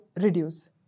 reduce